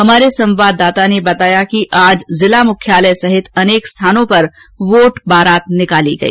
हमारे संवाददाता ने बताया कि आज जिला मुख्यालय सहित अनेक स्थानों पर वोट बारात निकाली गई